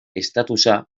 estatusa